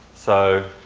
so,